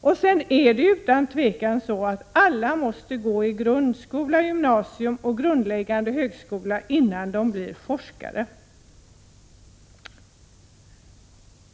Alla måste ju utan tvivel gå i grundskola, gymnasium och grundläggande högskola innan de blir forskare.